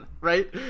right